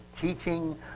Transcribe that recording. teaching